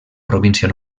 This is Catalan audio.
província